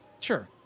Sure